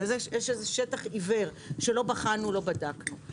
אם יש איזה שטח עיוור שלא בחנו או לא בדקנו,